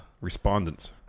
respondents